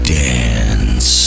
dance